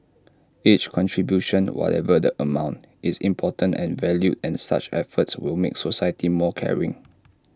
each contribution whatever the amount is important and valued and such efforts will make society more caring